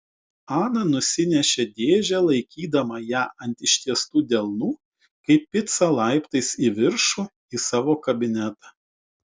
ana nusinešė dėžę laikydama ją ant ištiestų delnų kaip picą laiptais į viršų į savo kabinetą